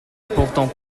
pourtant